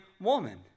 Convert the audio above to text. woman